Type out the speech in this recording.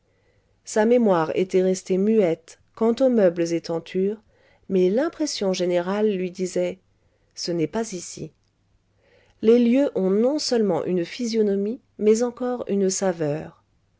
sa mémoire était restée muette quant aux meubles et tentures mais l'impression générale lui disait ce n'est pas ici les lieux ont non seulement une physionomie mais encore une saveur